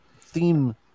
theme